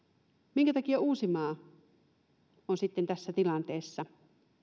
minkä takia uusimaa on sitten tässä tilanteessa